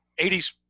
80s